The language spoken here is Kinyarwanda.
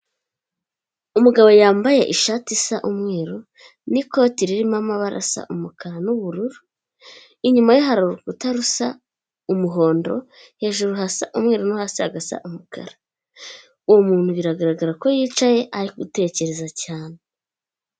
Umugabo yambaye ishati isa umweru, n'ikoti ririmo amabara asa umukara, n'ubururu inyuma ye hari urukuta rusa umuhondo hejuru hasa umweru, no hasi hagasa umukara, uwo muntu biragaragara ko yicaye ari utekereza cyane.